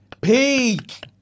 Peak